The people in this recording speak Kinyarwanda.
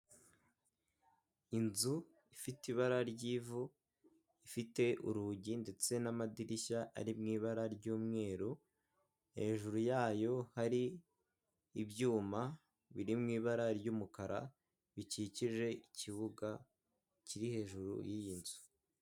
Inzu ifite ibara ry'ivu, ifite urugi ndetse n'amadirishya ari mu ibara ry'umweru, hejuru yayo hari ibyuma biri mu ibara ry'umukara, bikikije ikibuga kiri hejuru y'iyi nzu.